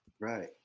Right